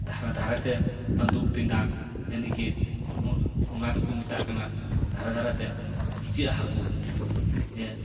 ᱫᱷᱟᱨᱮ ᱫᱷᱟᱨᱮ ᱛᱮ ᱵᱟᱱᱫᱩᱠ ᱴᱮᱸᱰᱟᱨ ᱡᱟᱱᱤ ᱠᱮ ᱚᱱᱟ ᱫᱚᱠᱚ ᱢᱮᱛᱟᱜ ᱠᱟᱱᱟ ᱫᱷᱟᱨᱮ ᱫᱷᱟᱨᱮᱛᱮ ᱤᱪᱟᱹᱜ ᱦᱟᱹᱠᱩ ᱡᱮ